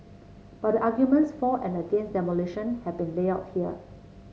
but the arguments for and against demolition have been laid out here